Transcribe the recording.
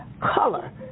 color